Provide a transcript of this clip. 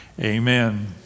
Amen